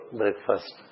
breakfast